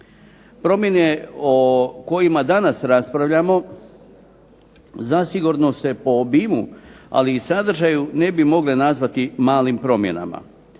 Promjene o kojima danas raspravljamo zasigurno se po obimu, ali i sadržaju ne bi mogle nazvati malim promjenama.